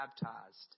baptized